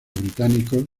británicos